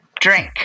Drink